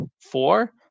four